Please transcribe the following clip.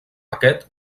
aquest